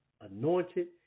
Anointed